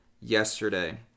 yesterday